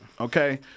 Okay